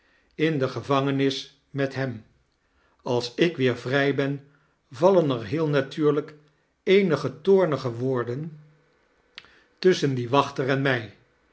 in de gevangenis met hem als ik weer vrij ben vallen er heel natuurlijk eenige toornige woorden tusschen dien wachter en mij